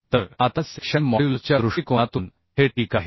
तर आता सेक्शन मॉड्युलसच्या दृष्टिकोनातून हे ठीक आहे